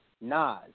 Nas